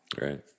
Right